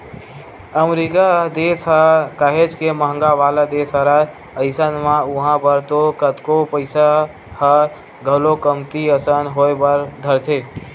अमरीका देस ह काहेच के महंगा वाला देस हरय अइसन म उहाँ बर तो कतको पइसा ह घलोक कमती असन होय बर धरथे